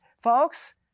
Folks